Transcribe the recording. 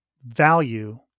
value